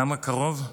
כמה קרוב?